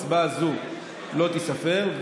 הצבעה זו לא תיספר,